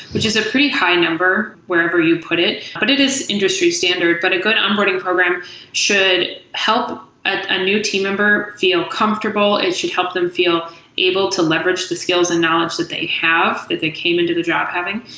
which is a pretty high number wherever you put it, but it is industry-standard. but a good onboarding program should help a new team member feel comfortable. it should help them feel able to leverage the skills and knowledge that they have, that they came into the job having.